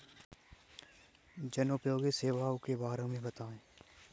जनोपयोगी सेवाओं के बारे में बताएँ?